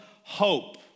hope